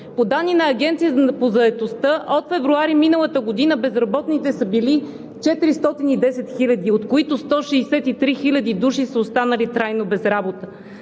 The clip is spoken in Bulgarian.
По данни на Агенцията по заетостта от февруари миналата година безработните са били 410 хиляди, от които 163 хиляди души са останали трайно без работа.